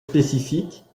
spécifiques